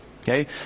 Okay